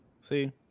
See